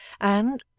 And